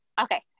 Okay